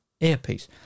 earpiece